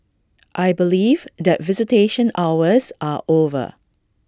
I believe that visitation hours are over